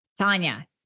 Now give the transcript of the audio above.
Tanya